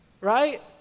Right